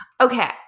Okay